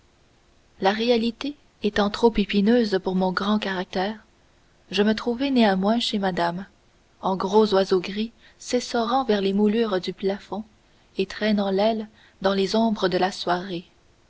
la réalité étant trop épineuse pour mon grand caractère je me trouvai néanmoins chez ma dame en gros oiseau gris s'essorant vers les moulures du plafond et traînant l'aile dans les ombres de la soirée